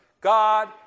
God